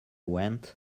went